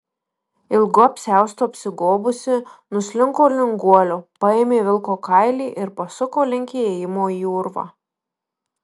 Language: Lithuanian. ilgu apsiaustu apsigobusi nuslinko link guolio paėmė vilko kailį ir pasuko link įėjimo į urvą